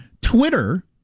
Twitter